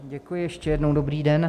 Děkuji ještě jednou, dobrý den.